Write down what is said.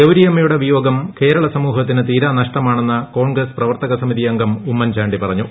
ഗൌരിയമ്മയുടെ വിയോഗം കേരള സമൂഹത്തിന് തീരാനഷ്ടമാണെന്ന് കോൺഗ്രസ് പ്രവർത്തക സമിതി അംഗം ഉമ്മൻചാണ്ടി പറഞ്ഞു